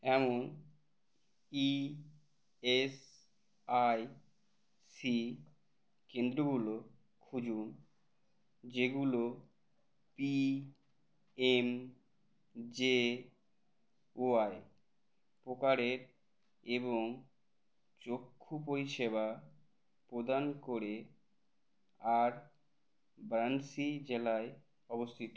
এমন E S I C কেন্দ্রগুলো খুঁজুন যেগুলো পি এম জে ওয়াই প্রকারের এবং চক্ষু পরিষেবা প্রদান করে আর বারাণসী জেলায় অবস্থিত